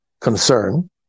concern